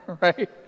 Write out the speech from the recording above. right